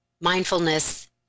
mindfulness